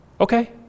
Okay